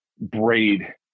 braid